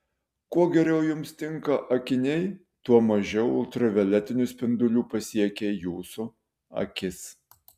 kuo geriau jums tinka akiniai tuo mažiau ultravioletinių spindulių pasiekia jūsų akis